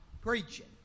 preaching